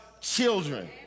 children